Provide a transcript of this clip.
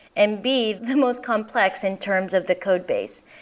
and, b the most complex in terms of the codebase.